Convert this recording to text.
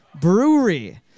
Brewery